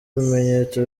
bimenyetso